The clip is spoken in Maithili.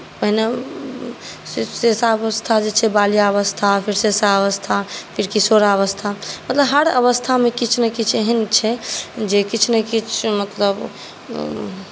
पहिने शैशवावस्था जे छै बाल्यावस्था फेर शैशवावस्था फेर किशोरावस्था मतलब हर अवस्थामे किछु ने किछु एहन छै जे किछु ने किछु मतलब